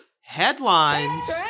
headlines